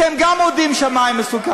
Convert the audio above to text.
אנחנו רוצים --- אתם גם מודים שהמים מסוכנים.